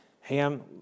Ham